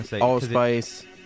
allspice